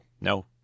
no